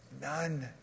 None